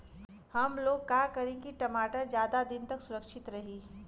हमलोग का करी की टमाटर ज्यादा दिन तक सुरक्षित रही?